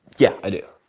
yeah, i do,